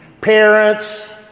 parents